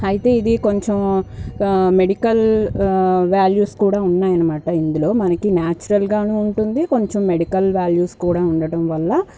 అయితే ఇది కొంచెం మెడికల్ వాల్యూస్ కూడా ఉన్నాయన్న మాట ఇందులో మనకి నేచురల్గానే ఉంటుంది కొంచెం మెడికల్ వాల్యూస్ కూడా ఉండటం వల్ల